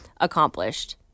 accomplished